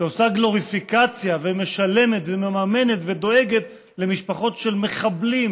שעושה גלוריפיקציה ומשלמת ומממנת ודואגת למשפחות של מחבלים?